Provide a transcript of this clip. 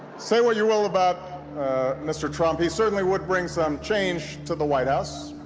say what you will about mr. trump, he certainly would bring some change to the white house.